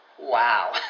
Wow